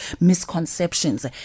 misconceptions